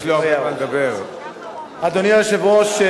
אדוני היושב-ראש,